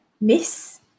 Miss